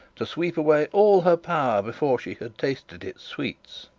to seep away all her power before she had tasted its sweets!